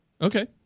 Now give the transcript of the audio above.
Okay